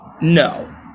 No